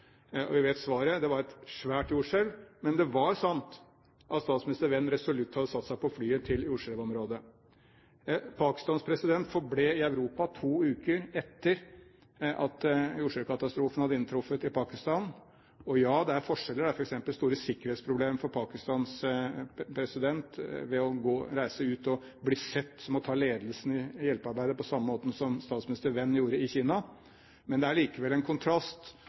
Vi vet svaret. Det var et svært jordskjelv, men det var sant at statsminister Wen resolutt hadde satt seg på flyet til jordskjelvområdet. Pakistans president forble i Europa i to uker etter at jordskjelvkatastrofen hadde inntruffet i Pakistan. Og ja, det er forskjeller. Det er f.eks. store sikkerhetsproblemer for Pakistans president ved å reise ut og bli sett på som å ta ledelsen i hjelpearbeidet på samme måten som statsminister Wen gjorde i Kina. Men det er likevel en kontrast